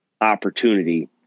opportunity